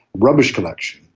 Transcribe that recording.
rubbish collection.